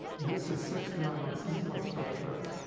this is six to nine months. this is like star trek.